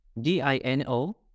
D-I-N-O